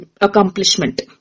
accomplishment